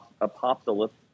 apocalyptic